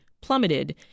plummeted